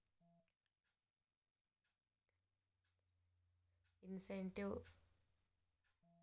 ಇನ್ಸ್ಟಿಟ್ಯೂಷ್ನಲಿನ್ವೆಸ್ಟರ್ಸ್ಗು ಮತ್ತ ರಿಟೇಲ್ ಇನ್ವೆಸ್ಟರ್ಸ್ಗು ಏನ್ ವ್ಯತ್ಯಾಸದ?